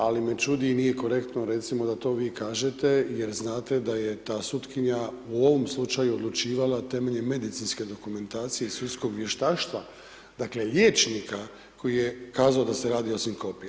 Ali, me čudi i nije korektno recimo da to vi kažete, jer znate da je ta sutkinja u ovom slučaju odlučivala temeljem medicinske dokumentacije i sudskog vještaštva, dakle, liječnika koji je kazao da se radi o sinkopi.